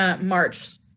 March